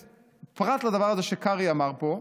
פרט לדבר הזה שקרעי אמר פה,